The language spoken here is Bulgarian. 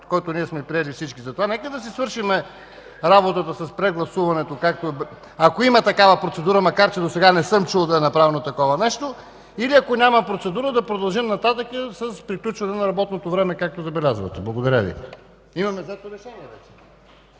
който всички сме приели. Нека да си свършим работата с прегласуването, ако има такава процедура, макар че досега не съм чул да е направено такова нещо, или ако няма процедура, да продължим нататък с приключване на работното време, както забелязвате. Благодаря Ви. Имаме взето решение вече.